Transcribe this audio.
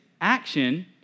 action